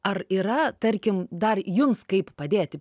ar yra tarkim dar jums kaip padėti